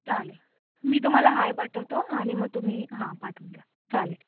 चालेल मी तुम्हाला हाय पाठवतो आणि मग तुम्ही हां पाठून द्या चालेल